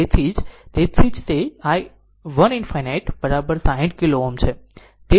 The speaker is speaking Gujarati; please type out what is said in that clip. તેથી તેથી જ તે i 1 ∞ 60 કિલો Ω છે